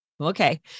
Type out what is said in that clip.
Okay